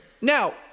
Now